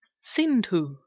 Sindhu